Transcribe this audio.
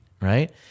right